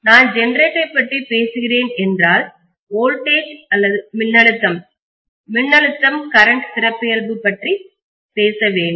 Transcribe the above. நான் ஜெனரேட்டரைப் பற்றி பேசுகிறேன் என்றால் வோல்டேஜ் மின்னழுத்தம் கரண்ட் சிறப்பியல்பு பற்றி பேச வேண்டும்